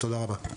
תודה רבה.